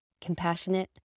compassionate